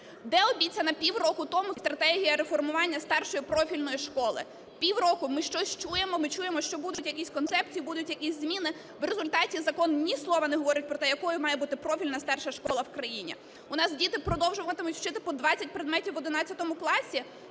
Де обіцяна півроку тому стратегія реформування старшої профільної школи? Півроку ми щось чуємо, ми чуємо, що будуть якісь концепції, будуть якісь зміни. В результаті закон ні слова не говорить про те, якою має бути профільна старша школа в країні. У нас діти продовжуватимуть вчити по 20 предметів в 11 класі.